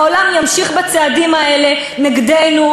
העולם ימשיך בצעדים האלה נגדנו,